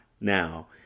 now